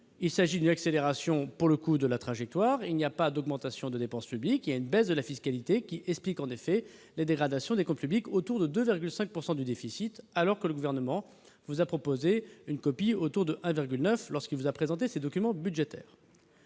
il s'agit d'une accélération de trajectoire, mais il n'y a pas d'augmentation de la dépense publique. C'est une baisse de la fiscalité qui explique, en effet, la dégradation des comptes publics et le 2,5 % de déficit, alors que le Gouvernement vous a proposé une copie à 1,9 % lorsqu'il vous a présenté ses documents budgétaires.